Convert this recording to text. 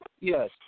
Yes